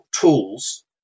tools